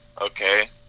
Okay